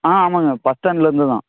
ஆ ஆமாங்க பஸ் ஸ்டாண்ட்லேருந்து தான்